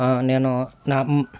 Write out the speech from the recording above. నేను నా